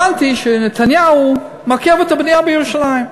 הבנתי שנתניהו מעכב את הבנייה בירושלים.